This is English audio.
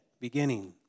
beginning